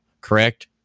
correct